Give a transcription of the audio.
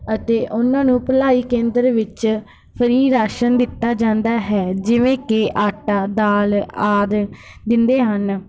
ਅਤੇ ਉਨ੍ਹਾਂ ਨੂੰ ਭਲਾਈ ਕੇਂਦਰ ਵਿੱਚ ਫ੍ਰੀ ਰਾਸ਼ਨ ਦਿੱਤਾ ਜਾਂਦਾ ਹੈ ਜਿਵੇਂ ਕਿ ਆਟਾ ਦਾਲ ਆਦਿ ਦਿੰਦੇ ਹਨ